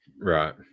Right